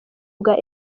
bwa